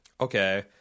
Okay